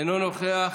אינו נוכח,